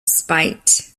spite